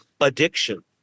addiction